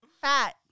fat